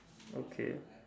okay